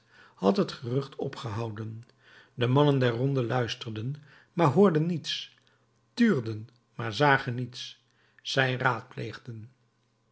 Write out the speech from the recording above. had het gerucht opgehouden de mannen der ronde luisterden maar hoorden niets tuurden maar zagen niets zij raadpleegden